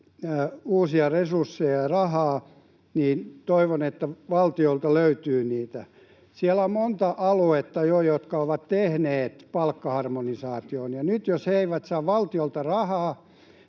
uusia resursseja ja rahaa, niin toivon, että valtiolta löytyy niitä. Siellä on jo monta aluetta, jotka ovat tehneet palkkaharmonisaation, ja nyt jos he eivät saa valtiolta rahaa